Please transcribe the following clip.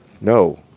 no